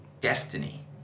destiny